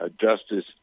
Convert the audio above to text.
justice